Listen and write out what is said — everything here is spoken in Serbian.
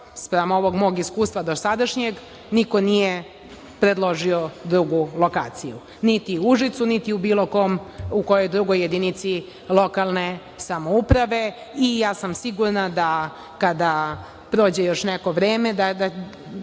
spram ovog mog iskustva dosadašnjeg, niko nije predložio drugu lokaciju, niti u Užicu, niti u bilo kojoj drugoj jedinici lokalne samouprave. Sigurna sam da će se, kada prođe još neko vreme,